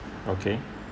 okay